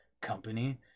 company